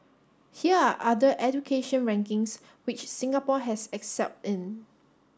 here are other education rankings which Singapore has excelled in